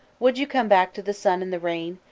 would you come back to the sun and the rain,